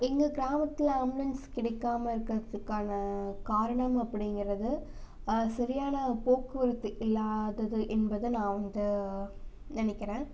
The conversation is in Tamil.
எங்கள் கிராமத்தில் ஆம்புலன்ஸ் கிடைக்காம இருக்கிறதுக்கான காரணம் அப்படிங்கிறது சரியான போக்குவரத்து இல்லாதது என்பதை நான் வந்து நினக்கிறேன்